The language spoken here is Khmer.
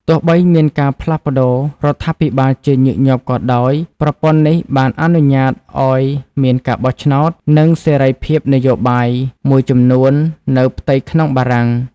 ទោះបីមានការផ្លាស់ប្ដូររដ្ឋាភិបាលជាញឹកញាប់ក៏ដោយ ប្រព័ន្ធនេះបានអនុញ្ញាតឱ្យមានការបោះឆ្នោត និងសេរីភាពនយោបាយមួយចំនួននៅផ្ទៃក្នុងបារាំង។